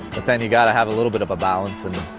but then you've got to have a little bit of a balance and.